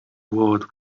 world